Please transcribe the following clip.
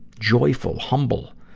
joyful, humble,